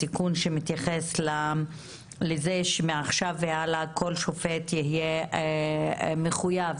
התיקון שמתייחס לזה שמעכשיו והלאה כל שופט יהיה מחויב